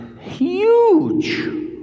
huge